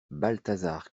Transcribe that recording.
balthazar